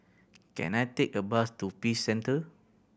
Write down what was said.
can I take a bus to Peace Centre